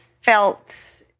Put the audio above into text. felt